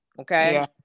Okay